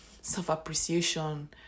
self-appreciation